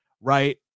right